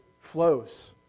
flows